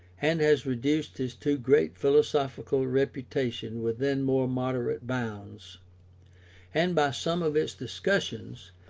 and has reduced his too great philosophical reputation within more moderate bounds and by some of its discussions,